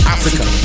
Africa